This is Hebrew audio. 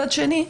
מצד שני,